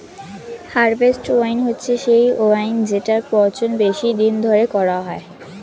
harvest wine হচ্ছে সেই wine জেটার পচন বেশি দিন ধরে করা হয়